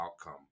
outcome